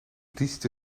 diestse